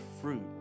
fruit